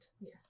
yes